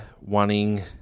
wanting